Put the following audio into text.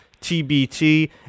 tbt